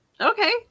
Okay